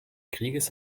krieges